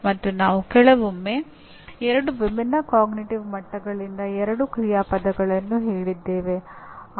ಮತ್ತು ನಾವು ಕೆಲವೊಮ್ಮೆ ಎರಡು ವಿಭಿನ್ನ ಅರಿವಿನ ಮಟ್ಟಗಳಿಂದ ಎರಡು ಕ್ರಿಯಾಪದಗಳನ್ನು ಹೇಳಿದ್ದೇವೆ